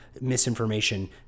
misinformation